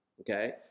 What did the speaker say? Okay